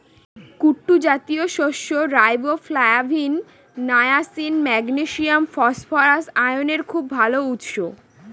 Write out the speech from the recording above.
কুট্টু জাতীয় শস্য riboflavin, niacin, magnesium, phosphorus, আয়রনের খুব ভাল উৎস